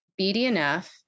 BDNF